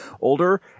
older